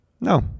No